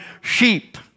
sheep